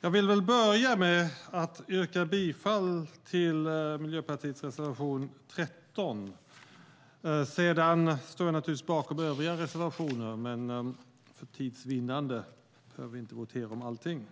Jag vill börja med att yrka bifall till Miljöpartiets reservation 13. Jag står naturligtvis bakom övriga reservationer, men för tids vinnande behöver vi inte votera om allting.